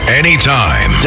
anytime